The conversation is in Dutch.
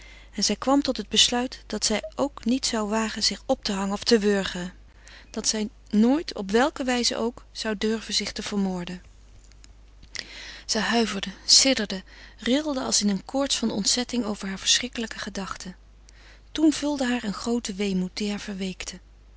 en zij kwam tot het besluit dat zij ook niet zou wagen zich op te hangen of te wurgen dat zij nooit op welke wijze ook zou durven zich te vermoorden zij huiverde sidderde rilde als in een koorts van ontzetting over hare verschrikkelijke gedachten toen vulde haar een groote weemoed die haar verweekte